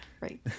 right